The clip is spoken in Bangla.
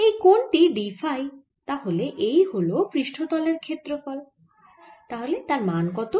এই কোণ টি d ফাই তাহলে এই হল পৃষ্ঠতলের ক্ষেত্রফল তার মান কত